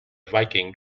viking